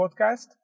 podcast